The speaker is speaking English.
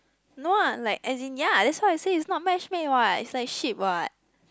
no ah like as in ya that's why I say is not matchmake what is like sheep what